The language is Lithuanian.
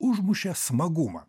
užmušė smagumą